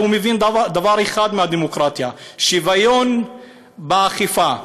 הוא מבין דבר אחד מהדמוקרטיה: שוויון באכיפה.